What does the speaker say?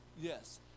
yes